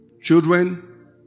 Children